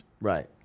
Right